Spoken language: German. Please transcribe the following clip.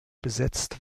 besetzt